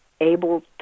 able